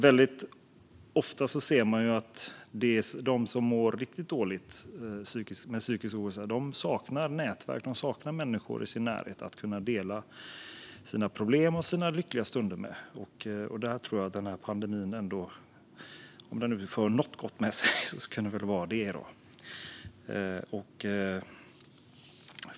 Väldigt ofta ser man nämligen att de som mår riktigt dåligt i psykisk ohälsa saknar nätverk; de saknar människor i sin närhet att dela problem och lyckliga stunder med. Om pandemin trots allt för något gott med sig skulle det väl vara detta.